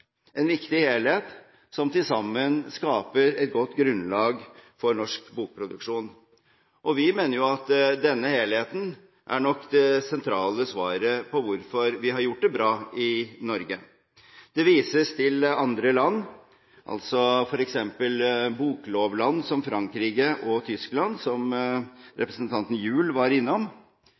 en viktig helhet som til sammen skaper et godt grunnlag for norsk bokproduksjon. Vi mener at denne helheten nok er det sentrale svaret på hvorfor vi har gjort det bra i Norge. Det vises til andre land, f.eks. til boklovland som Frankrike og Tyskland, som representanten Gjul var innom.